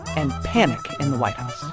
and panic in the white house